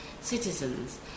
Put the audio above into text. citizens